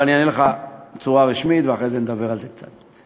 אבל אענה לך בצורה רשמית ואחרי זה נדבר על זה קצת.